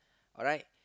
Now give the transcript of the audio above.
alright